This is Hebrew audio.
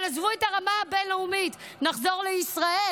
אבל עזבו את הרמה הבין-לאומית, נחזור לישראל.